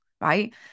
right